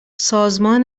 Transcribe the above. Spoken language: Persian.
سازمان